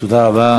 תודה רבה.